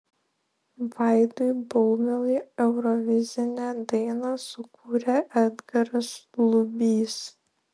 vaidui baumilai eurovizinę dainą sukūrė edgaras lubys